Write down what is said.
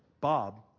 Bob